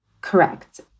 Correct